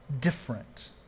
different